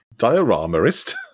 Dioramaist